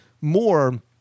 more